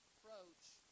Approach